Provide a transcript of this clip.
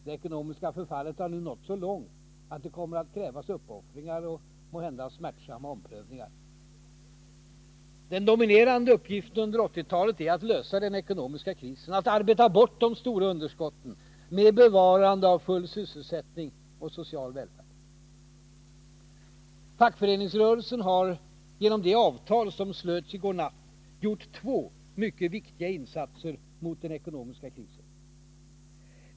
Det ekonomiska förfallet har nu nått så långt att det kommer att krävas uppoffringar och måhända smärtsamma ompröv ningar. Den dominerande uppgiften under 1980-talet är att lösa den ekonomiska krisen, att arbeta bort de stora underskotten, med bevarande av full sysselsättning och social välfärd. Fackföreningsrörelsen har genom det avtal som slöts i går natt gjort två mycket viktiga insatser mot den ekonomiska krisen.